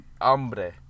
hambre